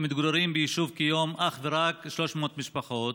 מתגוררות ביישוב כיום אך ורק 300 מאות משפחות,